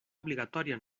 obligatòria